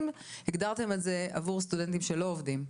הגדרתם את זה עבור סטודנטים שלא עובדים.